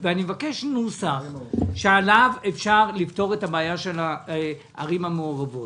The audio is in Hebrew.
ואני מבקש נוסח שבו אפשר לפתור את הבעיה של הערים המעורבות.